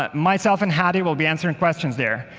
but myself and hadi will be answering questions there.